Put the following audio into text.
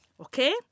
Okay